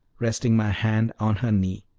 resting my hand on her knee.